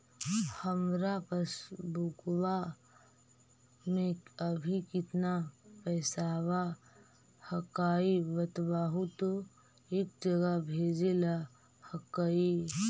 हमार पासबुकवा में अभी कितना पैसावा हक्काई बताहु तो एक जगह भेजेला हक्कई?